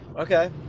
Okay